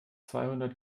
zweihundert